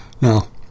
Now